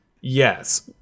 Yes